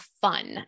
fun